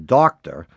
doctor